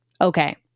okay